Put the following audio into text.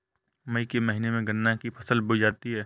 मई के महीने में गन्ना की फसल बोई जाती है